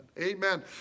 Amen